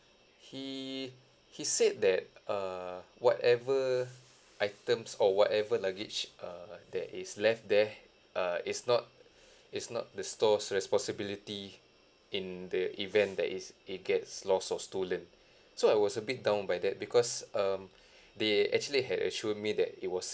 he he said that err whatever items or whatever luggage uh that is left there uh is not is not the store's responsibility in the event that it's it gets lost or stolen so I was a bit down by that because um they actually had assure me that it was